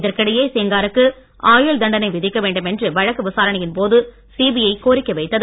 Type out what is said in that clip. இதற்கிடையே செங்காருக்கு ஆயுள் தண்டனை விதிக்க வேண்டுமென்று வழக்கு விசாரணையின் போது சிபிஐ கோரிக்கை வைத்தது